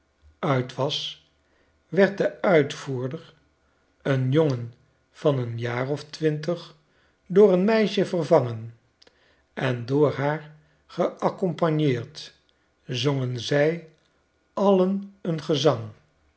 uit was werd de uitvoerder een jongen van een jaar of twintig door een meisje vervangen en door haargeaccompagneerd zongen zij alien een gezang